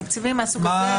תקציבים מהסוג הזה.